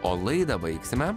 o laidą baigsime